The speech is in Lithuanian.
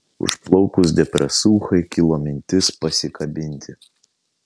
užplaukus depresūchai kilo mintis pasikabinti